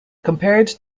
compared